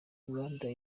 rwanda